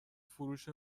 فروش